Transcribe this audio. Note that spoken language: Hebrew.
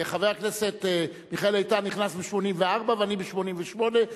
חבר הכנסת מיכאל איתן נכנס ב-1984 ואני ב-1988,